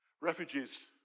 refugees